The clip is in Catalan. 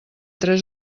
tres